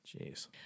Jeez